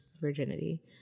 virginity